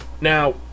Now